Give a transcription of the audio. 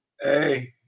Hey